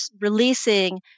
releasing